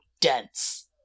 dense